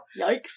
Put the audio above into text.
yikes